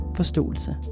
forståelse